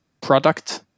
product